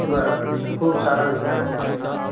બરાબર છે ખૂબ સારા વિચાર છે આપના